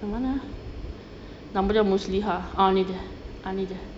eh mana ah nama dia muslihah ah ni dia